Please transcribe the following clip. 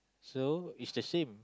so it's the same